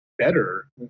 Better